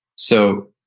so,